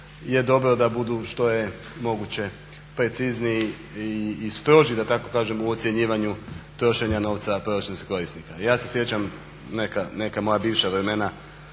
je dobro da budu što je moguće precizniji i strožiji da tako kažem u ocjenjivanju trošenja novca proračunskih korisnika. Ja se sjećam neka moja bivša vremena